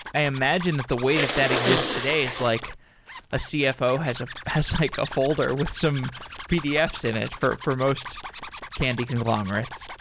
i imagine that the way that that exists today is like a cfo has ah has like a folder with some pdfs in it for for most candy conglomerates.